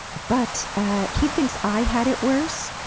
but he thinks i had it worse,